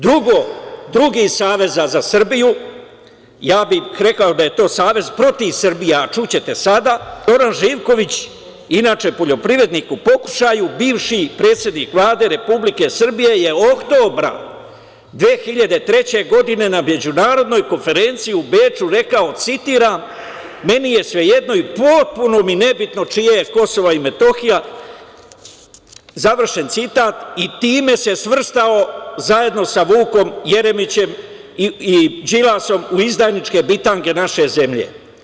Drugo, drugi iz Saveza za Srbiju, rekao bih da je to savez protiv Srbije, a čućete sada, je Zoran Živković, inače poljoprivrednik u pokušaju, bivši predsednik Vlade Republike Srbije je oktobra 2003. godine, na Međunarodnoj konferenciji u Beču rekao, citiram: "Meni je svejedno i potpuno mi je nebitno čije je KiM", završen citat i time se svrstao zajedno sa Vukom Jeremićem i Đilasom u izdajničke bitange naše zemlje.